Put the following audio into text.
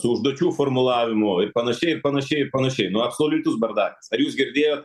su užduočių formulavimu ir panašiai ir panašiai ir panašiai nu absoliutus bardakas ar jūs girdėjot